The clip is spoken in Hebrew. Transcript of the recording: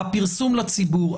הפרסום לציבור,